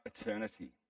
eternity